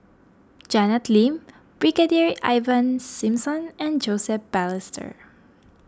Janet Lim Brigadier Ivan Simson and Joseph Balestier